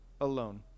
alone